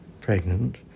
pregnant